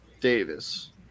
Davis